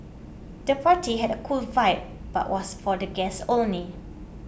the party had a cool vibe but was for the guests only